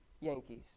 Yankees